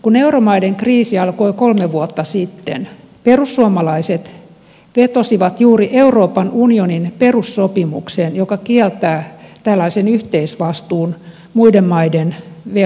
kun euromaiden kriisi alkoi kolme vuotta sitten perussuomalaiset vetosivat juuri euroopan unionin perussopimukseen joka kieltää tällaisen yhteisvastuun muiden maiden veloista